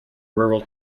rural